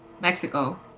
Mexico